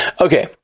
Okay